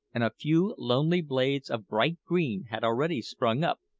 and a few lovely blades of bright green had already sprung up,